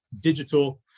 digital